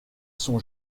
sont